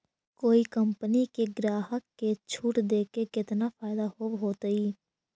कोई कंपनी के ग्राहक के छूट देके केतना फयदा होब होतई?